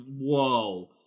Whoa